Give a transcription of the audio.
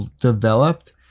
developed